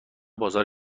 بازار